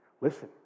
Listen